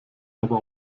aber